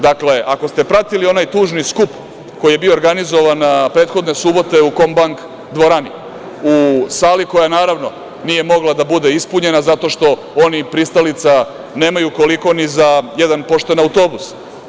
Dakle, ako ste pratili onaj tužni skup koji je bio organizovan prethodne subote u Komank dvorani u sali koja, naravno, nije mogla da bude ispenja zato što oni pristalica nemaju koliko ni za jedan pošten autobus.